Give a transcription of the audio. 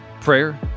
prayer